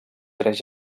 tres